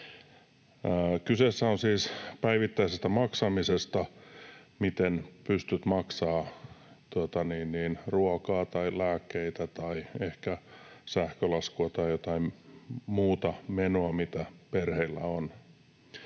Kyse on siis päivittäisestä maksamisesta, miten pystyt maksamaan ruokaa tai lääkkeitä tai ehkä sähkölaskun tai jotain muuta menoa, mitä perheillä on.